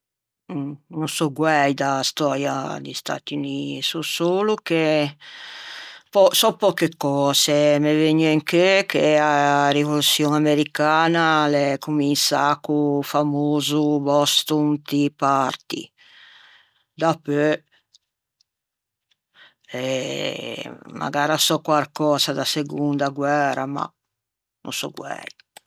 No sò guæi da stöia di Stæti Unii, sò solo che sò pöche cöse, me vëgne in cheu che a rivoluçion americana a l'é cominsâ co-o famoso Boston Tea Party, dapeu eh magara sò quarcösa da segonda guæra ma no sò guæi.